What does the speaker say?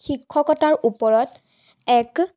শিক্ষকতাৰ ওপৰত এক